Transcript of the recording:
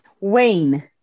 Wayne